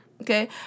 okay